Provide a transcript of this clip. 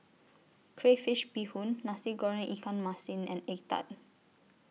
Crayfish Beehoon Nasi Goreng Ikan Masin and Egg Tart